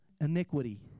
iniquity